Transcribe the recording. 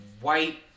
white